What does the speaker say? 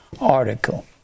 article